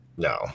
No